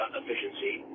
efficiency